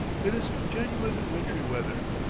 it is genuine wintry weather,